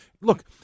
look